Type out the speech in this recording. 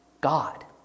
God